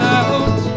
out